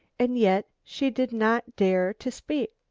and yet she did not dare to speak.